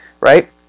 right